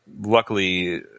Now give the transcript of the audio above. luckily